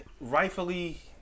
rightfully